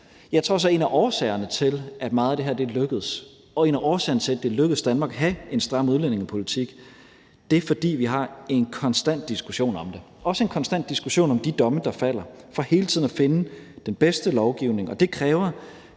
Jeg tror så, at en af årsagerne til, at meget af det her er lykkedes, og en af årsagerne til, at det er lykkedes Danmark at have en stram udlændingepolitik, er, at vi har en konstant diskussion om det – også en konstant diskussion om de domme, der falder, for hele tiden at finde den bedste lovgivning. Det kræver,